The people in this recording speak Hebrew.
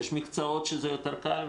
יש מקצועות שזה יותר קל,